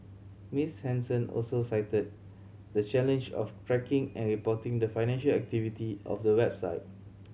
Miss Henson also cited the challenge of tracking and reporting the financial activity of the website